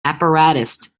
apparatus